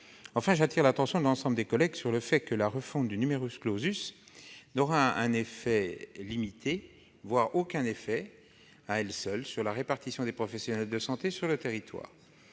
J'attire l'attention de l'ensemble de nos collègues sur le fait que la refonte du n'aura, à elle seule, qu'un effet limité, voire aucun effet, sur la répartition des professionnels de santé sur le territoire.